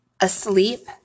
asleep